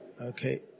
Okay